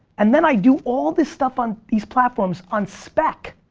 and then i do all this stuff on these platforms on spec.